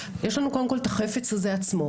יש לנו קודם כול את החפץ הזה עצמו.